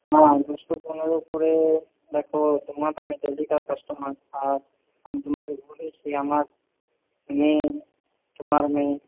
না দুশো পনেরো করে দেখো তোমার আমি ডেলি কার কাস্টমার আর আমি তোমাকে বলেছি আমার মেয়ে তোমার মেয়ে